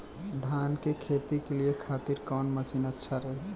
धान के खेती के खातिर कवन मशीन अच्छा रही?